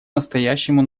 настоящему